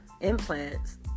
implants